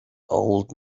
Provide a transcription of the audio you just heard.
old